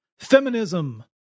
feminism